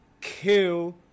Kill